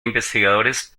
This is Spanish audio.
investigadores